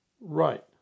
Right